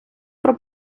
про